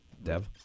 Dev